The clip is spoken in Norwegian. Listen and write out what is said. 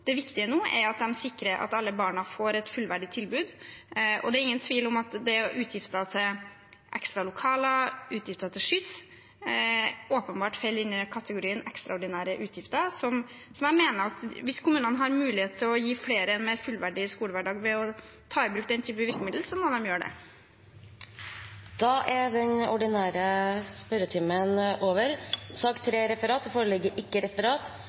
Det viktige nå er at de sikrer at alle barn får et fullverdig tilbud. Det er ingen tvil om at utgifter til ekstra lokaler og utgifter til skyss åpenbart faller inn under kategorien ekstraordinære utgifter. Så jeg mener at hvis kommunene har mulighet til å gi flere en fullverdig skolehverdag ved å ta i bruk den type virkemidler, må de gjøre det. Da er den ordinære spørretimen over. Det foreligger ikke noe referat. Dermed er dagens kart ferdigbehandlet. Forlanger noen ordet før møtet heves? – Det